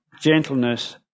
gentleness